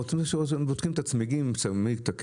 באים לכאן ובודקים את הצמיגים ואם צריך,